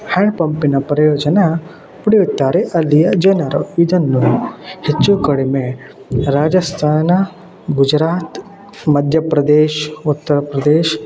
hand ಪಂಪಿನ ಪ್ರಯೋಜನ ಪಡೆಯುತ್ತಾರೆ ಅಲ್ಲಿಯ ಜನರು ಇದನ್ನು ಹೆಚ್ಚು ಕಡಿಮೆ ರಾಜಸ್ಥಾನ ಗುಜಾರಾತ್ ಮಧ್ಯಪ್ರದೇಶ್ ಉತ್ತರ ಪ್ರದೇಶ್